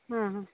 ಹ್ಞೂ ಹ್ಞೂ